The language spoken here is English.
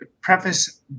preface